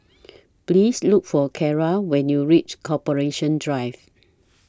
Please Look For Carra when YOU REACH Corporation Drive